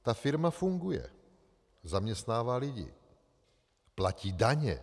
Ta firma funguje, zaměstnává lidi, platí daně.